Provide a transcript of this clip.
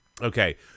Okay